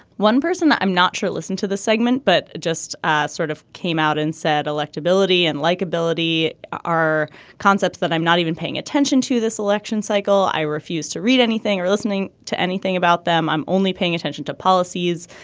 one person that i'm not sure listened to the segment but just ah sort of came out and said electability and likability are concepts that i'm not even paying attention to this election cycle. i refuse to read anything or listening to anything about them. i'm only paying attention to policies.